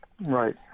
Right